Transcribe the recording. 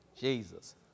Jesus